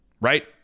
Right